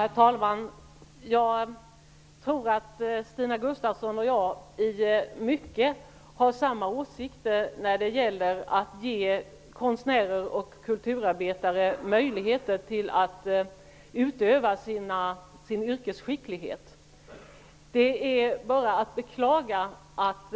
Herr talman! Jag tror att Stina Gustavsson och jag i mycket har samma åsikter när det gäller att ge konstnärer och kulturarbetare möjligheter att använda sin yrkesskicklighet. Det är bara att beklaga att